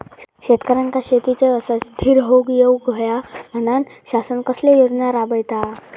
शेतकऱ्यांका शेतीच्या व्यवसायात स्थिर होवुक येऊक होया म्हणान शासन कसले योजना राबयता?